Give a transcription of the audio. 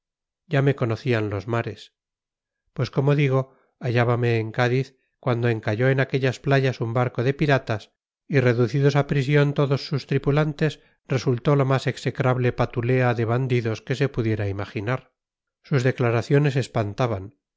ya me conocían los mares pues como digo hallábame en cádiz cuando encalló en aquellas playas un barco de piratas y reducidos a prisión todos sus tripulantes resultó la más execrable patulea de bandidos que se pudiera imaginar sus declaraciones espantaban